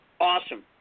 Awesome